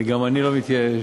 וגם אני לא מתייאש,